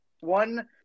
one